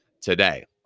today